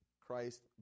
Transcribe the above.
Christ